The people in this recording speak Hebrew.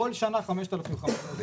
כל שנה 5,500 יחידות,